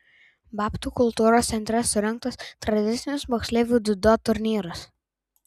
babtų kultūros centre surengtas tradicinis moksleivių dziudo turnyras